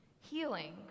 healing